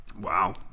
Wow